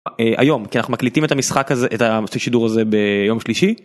היום כי אנחנו מקליטים את המשחק הזה את השידור הזה ביום שלישי.